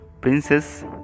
Princess